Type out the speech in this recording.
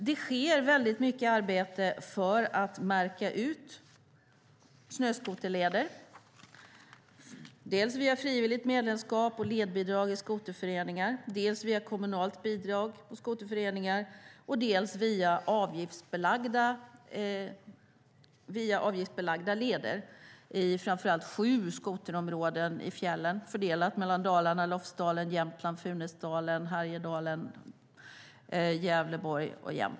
Det sker mycket arbete för att märka ut snöskoterleder, dels via frivilligt medlemskap och ledbidrag i skoterföreningar, dels via kommunalt bidrag till skoterföreningar och dels via avgiftsbelagda leder i framför allt sju skoterområden i fjällen, fördelade mellan Dalarna, Jämtland, Härjedalen och Gävleborg.